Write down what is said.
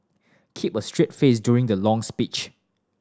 keep a straight face during the long speech